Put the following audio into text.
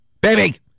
baby